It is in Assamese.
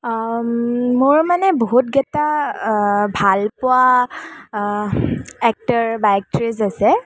মোৰ মানে বহুতকেইটা ভালপোৱা এক্টৰ বা এক্ট্ৰেছ আছে